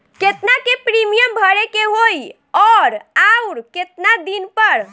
केतना के प्रीमियम भरे के होई और आऊर केतना दिन पर?